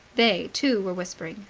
they, too, were whispering.